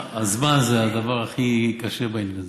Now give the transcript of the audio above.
הזמן זה הדבר הכי קשה בעניין הזה,